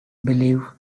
believe